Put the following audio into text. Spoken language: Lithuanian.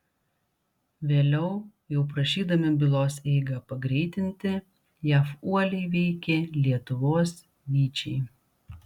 vėliau jau prašydami bylos eigą pagreitinti jav uoliai veikė lietuvos vyčiai